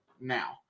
now